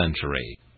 century